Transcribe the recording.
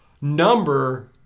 number